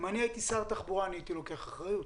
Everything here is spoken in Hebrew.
אם אני הייתי שר התחבורה אני הייתי לוקח אחריות.